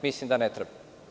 Mislim da ne treba.